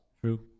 True